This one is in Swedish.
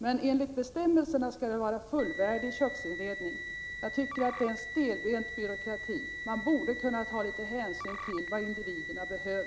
Men enligt bestämmelserna skall det finnas en fullvärdig köksinredning. Jag tycker att det är stelbent byråkrati. Man borde kunna ta litet hänsyn till individernas behov.